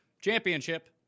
Championship